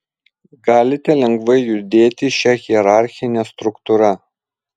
galite lengvai judėti šia hierarchine struktūra